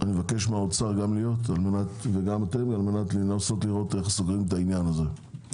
אני מבקש מהאוצר גם להיות כדי לנסות לראות איך סוגרים את העניין הזה.